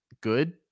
Good